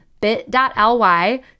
bit.ly